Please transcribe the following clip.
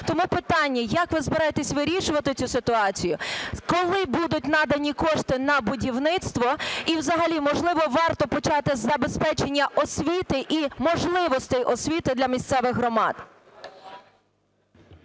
Тому питання, як ви збираєтеся вирішувати цю ситуацію? Коли будуть надані кошти на будівництво, і взагалі, можливо варто почати забезпечення освіти і можливостей освіти для місцевих громад?